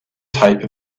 type